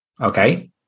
Okay